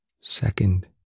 Second